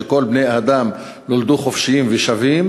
שכל בני האדם נולדו חופשיים ושווים,